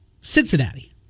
Cincinnati